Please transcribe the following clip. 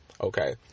Okay